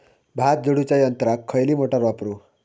भात झोडूच्या यंत्राक खयली मोटार वापरू?